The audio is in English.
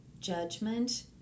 judgment